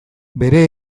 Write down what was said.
bere